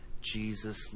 Jesus